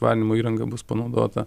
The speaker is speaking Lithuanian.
valymo įranga bus panaudota